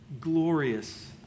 glorious